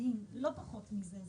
לא פחות מזה.